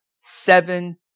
seven